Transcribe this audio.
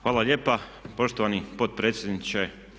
Hvala lijepa poštovani potpredsjedniče.